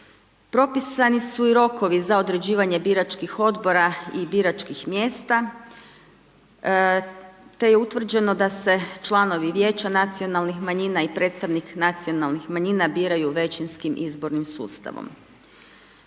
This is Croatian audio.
Propisani su i rokovi za određivanje biračkih odbora i biračkih mjesta te je utvrđeno da se članovi vijeća nacionalnih manjina i predstavnik nacionalnih manjina biraju većinskim izbornim sustavom.